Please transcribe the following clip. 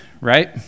right